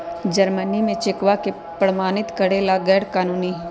Germany में चेकवा के प्रमाणित करे ला गैर कानूनी हई